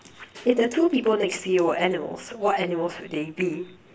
if the two people next to you were animals what animals would they be